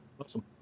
Awesome